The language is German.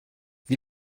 wie